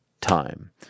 Time